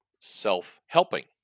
self-helping